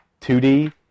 2D